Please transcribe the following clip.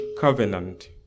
covenant